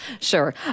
Sure